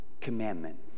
commandment